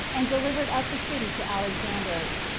and delivered up the city to alexander,